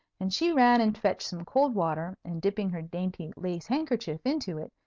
and she ran and fetched some cold water, and, dipping her dainty lace handkerchief into it,